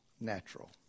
natural